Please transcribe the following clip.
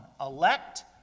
elect